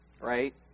right